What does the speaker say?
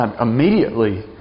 immediately